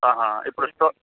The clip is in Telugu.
ఆహా ఇప్పుడు